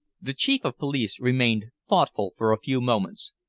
the chief of police remained thoughtful for a few moments,